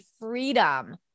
freedom